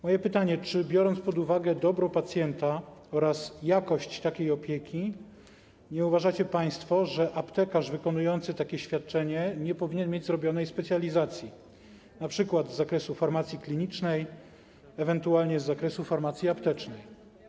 Moje pytanie: Czy biorąc pod uwagę dobro pacjenta oraz jakość takiej opieki, nie uważacie państwo, że aptekarz wykonujący takie świadczenie powinien mieć zrobioną specjalizację np. z zakresu farmacji klinicznej, ewentualnie z zakresu farmacji aptecznej?